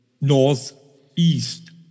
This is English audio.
northeast